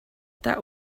that